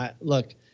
look